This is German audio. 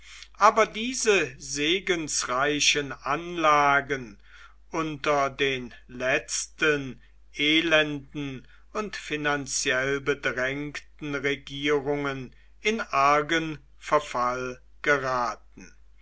aber diese segensreichen anlagen unter den letzten elenden und finanziell bedrängten regierungen in argen verfall geraten